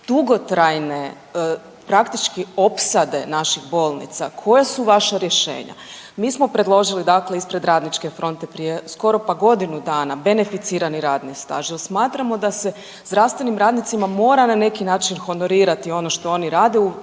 dugotrajne, praktički opsade naših bolnica, koja su vaša rješenja? Mi smo predložili, dakle ispred Radničke fronte prije skoro pa godinu dana beneficirani radni staž jer smatramo da se zdravstvenim radnicima mora na neki način honorirati ono što oni rade.